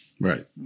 Right